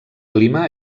clima